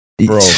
Bro